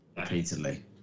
Repeatedly